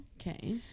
okay